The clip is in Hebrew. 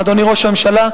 אדוני ראש הממשלה,